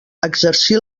exercir